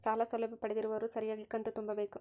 ಸಾಲ ಸೌಲಭ್ಯ ಪಡೆದಿರುವವರು ಸರಿಯಾಗಿ ಕಂತು ತುಂಬಬೇಕು?